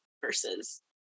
versus